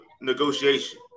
negotiation